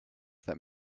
that